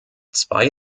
zwei